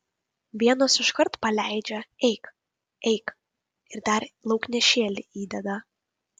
vienos iškart paleidžia eik eik ir dar lauknešėlį įdeda